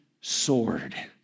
sword